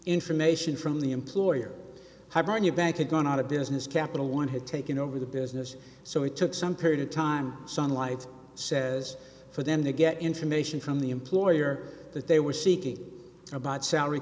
information from the employer hibernia bank had gone out of business capital one had taken over the business so it took some period of time sunlight says for them to get information from the employer that they were seeking about salary